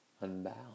unbound